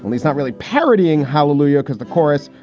and he's not really parodying hallelujah because the chorus,